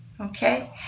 okay